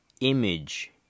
image